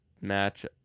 match